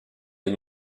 est